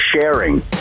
sharing